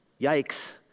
Yikes